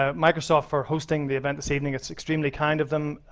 um microsoft for hosting the event this evening, it's extremely kind of them.